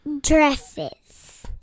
Dresses